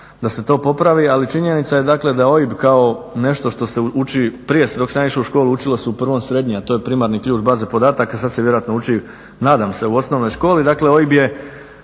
da se to popravi, ali činjenica je dakle da OIB kao nešto što se uči, prije dok sam ja išao u školu, učilo se u 1. srednje, a to je primarni ključ baze podataka, a sad se vjerojatno uči, nadam se, u osnovnoj školi, dakle OIB je